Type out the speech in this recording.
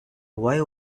why